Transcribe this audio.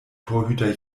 torhüter